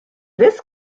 this